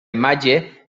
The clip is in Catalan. imatge